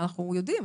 אנחנו יודעים.